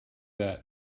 that